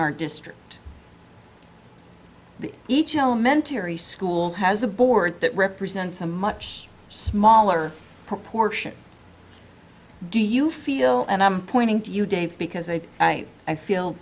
our district the each elementary school has a board that represents a much smaller proportion do you feel and i'm pointing to you dave because a i feel